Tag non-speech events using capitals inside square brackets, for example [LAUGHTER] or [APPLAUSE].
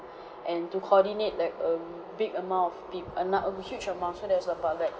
[BREATH] and to coordinate like a big amount of pe~ ana~ a huge amount so that was about like